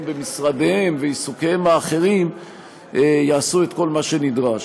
במשרדיהם ועיסוקיהם האחרים יעשו את כל מה שנדרש.